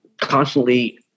constantly